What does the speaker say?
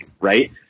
right